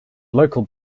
local